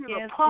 Yes